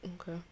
Okay